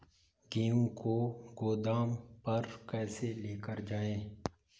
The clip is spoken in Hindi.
गेहूँ को गोदाम पर कैसे लेकर जाएँ?